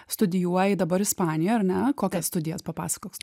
studijuoji dabar ispanijoj ar ne kokias studijas papasakok